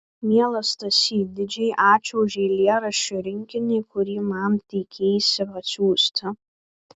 mielas stasy didžiai ačiū už eilėraščių rinkinį kurį man teikeisi atsiųsti